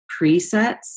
presets